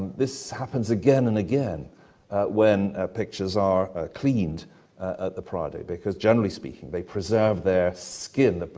this happens again and again when pictures are cleaned at the prado because, generally speaking, they preserve their skin,